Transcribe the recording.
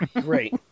Great